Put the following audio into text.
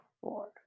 four